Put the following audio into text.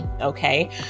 okay